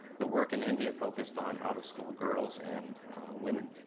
the work in india focused on out of school girls and women.